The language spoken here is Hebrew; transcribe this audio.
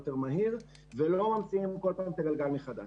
מהיר ולא ממציאים כל פעם את הגלגל מחדש.